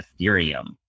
ethereum